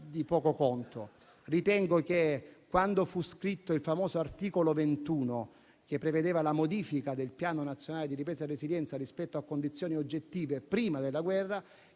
di poco conto. Ritengo che, quando fu scritto il famoso articolo 21, che prevedeva la modifica del Piano nazionale di ripresa e resilienza rispetto a condizioni oggettive prima della guerra,